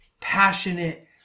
passionate